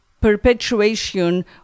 perpetuation